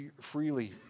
freely